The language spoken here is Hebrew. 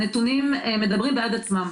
הנתונים מדברים בעד עצמם.